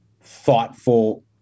thoughtful